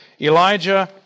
Elijah